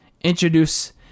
introduce